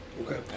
Okay